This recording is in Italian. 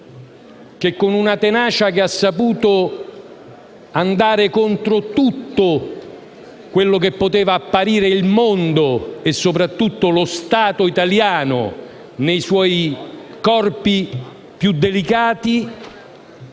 delle vittime, che hanno saputo andare contro tutto quello che poteva apparire il mondo e, soprattutto, lo Stato italiano nei suoi corpi più delicati